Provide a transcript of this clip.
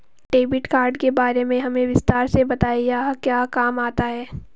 Debit card के बारे में हमें विस्तार से बताएं यह क्या काम आता है?